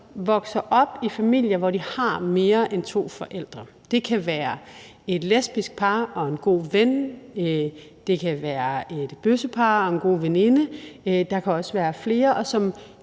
vokser op i familier, hvor de har mere end to forældre. Det kan være et lesbisk par og en god ven, det kan være et bøssepar og en god veninde – der kan også være flere – som